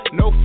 no